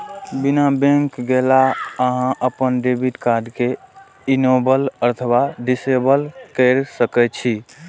बिना बैंक गेलो अहां अपन डेबिट कार्ड कें इनेबल अथवा डिसेबल कैर सकै छी